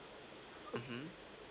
mmhmm